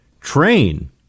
train